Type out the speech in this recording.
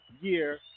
year